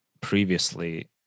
previously